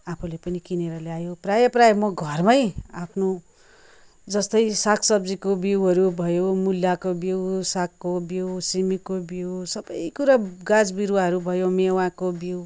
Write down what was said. आफूले पनि किनेर ल्यायो प्रायः प्रायः म घरमै आफ्नो जस्तै सागसब्जीको बिउहरू भयो मुलाको बिउ सागको बिउ सिमीको बिउ सबै कुरा गाछबिरुवाहरू भयो मेवाको बिउ